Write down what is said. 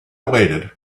waited